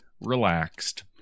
relaxed